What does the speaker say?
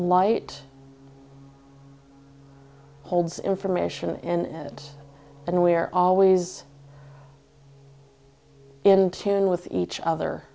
light holds information and it and we are always in tune with each other